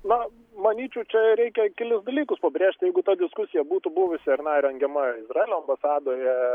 na manyčiau čia reikia kelis dalykus pabrėžt jeigu ta diskusija būtų buvusi ar ne rengiama izraelio ambasadoje